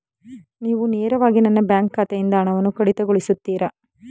ನೀವು ನೇರವಾಗಿ ನನ್ನ ಬ್ಯಾಂಕ್ ಖಾತೆಯಿಂದ ಹಣವನ್ನು ಕಡಿತಗೊಳಿಸುತ್ತೀರಾ?